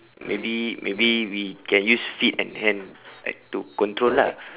maybe maybe we can use feet and hand like to control lah